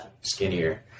skinnier